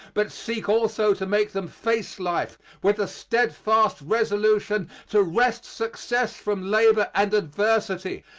but seek also to make them face life with the steadfast resolution to wrest success from labor and adversity,